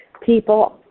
people